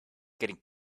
getting